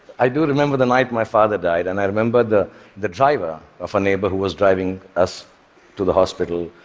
i do remember the night my father died, and i remember the the driver of a neighbor who was driving us to the hospital.